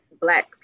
black